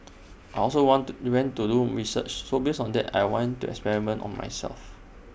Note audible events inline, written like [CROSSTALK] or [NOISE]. I [NOISE] also want to went to doom research so based on that I went to experiment on myself